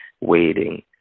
Waiting